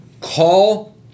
Call